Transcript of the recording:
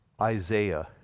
Isaiah